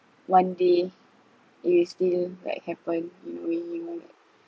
one day it will still like happen in a way you know